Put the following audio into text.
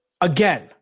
Again